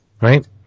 Right